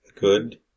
good